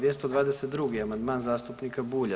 222. amandman zastupnika Bulja.